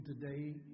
today